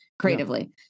creatively